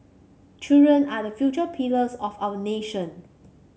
children are the future pillars of our nation